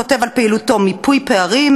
כותב על פעילותו: מיפוי פערים,